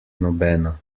nobena